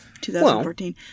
2014